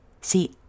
See